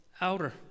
outer